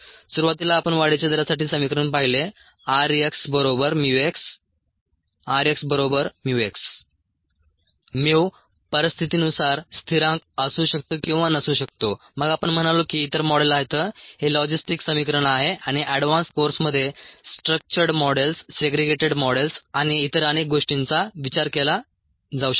सुरुवातीला आपण वाढीच्या दरासाठी समिकरण पाहिले r x बरोबर mu x rxμx Mu परिस्थितीनुसार स्थिरांक असू शकतो किंवा नसू शकतो मग आपण म्हणालो की इतर मॉडेल आहेत हे लॉजिस्टिक समीकरण आहे आणि अॅडवॉन्स कोर्समध्ये स्ट्रक्चर्ड मॉडेल्स सेग्रीगेटेड मॉडेल्स आणि इतर अनेक गोष्टींचा विचार केला जाऊ शकतो